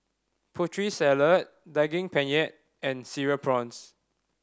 Putri Salad Daging Penyet and Cereal Prawns